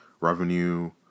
Revenue